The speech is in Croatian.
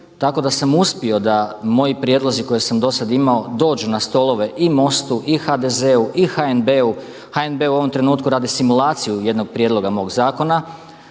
tako da sam uspio da moji prijedlozi koje sam do sad imao dođu na stolove i MOST-u i HDZ-u i HNB-u. HNB u ovom trenutku radi simulaciju jednog prijedloga mog zakona.